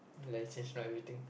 let's just write everything